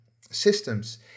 systems